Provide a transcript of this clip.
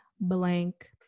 blank